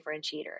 differentiator